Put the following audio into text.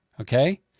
Okay